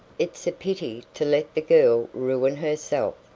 it's a pity to let the girl ruin herself!